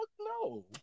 no